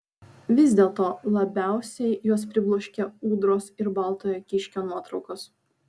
vis dėlto labiausiai juos pribloškė ūdros ir baltojo kiškio nuotraukos